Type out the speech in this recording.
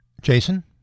Jason